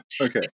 Okay